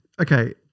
Okay